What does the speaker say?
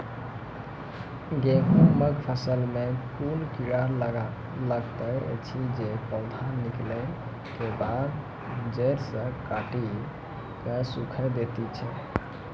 गेहूँमक फसल मे कून कीड़ा लागतै ऐछि जे पौधा निकलै केबाद जैर सऽ काटि कऽ सूखे दैति छै?